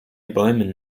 bäumen